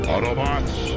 Autobots